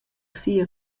sia